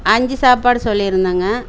அஞ்சு சாப்பாடு சொல்லி இருந்தோங்க